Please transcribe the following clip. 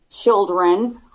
children